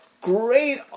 great